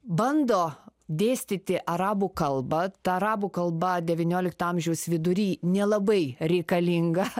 bando dėstyti arabų kalbą arabų kalba devyniolikto amžiaus vidury nelabai reikalinga